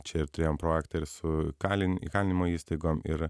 čia ir turėjom projektą ir su kalini įkalinimo įstaigom ir